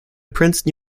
princeton